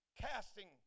casting